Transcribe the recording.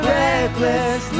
reckless